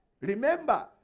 remember